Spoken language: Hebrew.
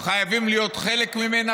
חייבים להיות חלק ממנה,